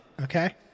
Okay